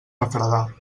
refredar